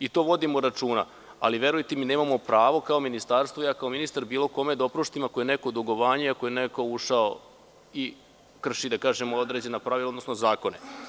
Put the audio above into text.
i to vodimo računa, ali verujete mi nemamo pravo kao ministarstvo i ja kao ministar bilo kome da oprostimo ako je neko dugovanje, ako je neko ušao i krši određena pravila, odnosno zakone.